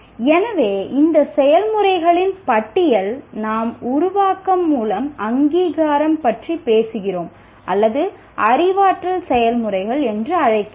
எனவே இந்த செயல்முறைகளின் பட்டியல் நாம் உருவாக்கம் மூலம் அங்கீகாரம் பற்றி பேசுகிறோம் அல்லது அறிவாற்றல் செயல்முறைகள் என்று அழைக்கிறோம்